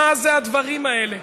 מה זה הדברים האלה?